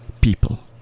people